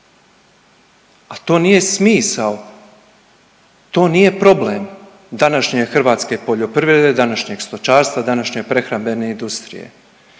A to nije smisao, to nije problem današnje hrvatske poljoprivrede, današnjeg stočarstva, današnje prehrambene industrije.